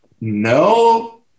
no